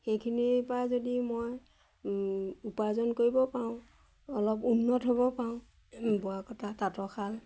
সেইখিনিৰ পৰা যদি মই উপাৰ্জন কৰিব পাৰোঁ অলপ উন্নত হ'ব পাৰোঁ বোৱা কটা তাঁতৰ শাল